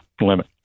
limit